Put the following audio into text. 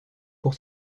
pour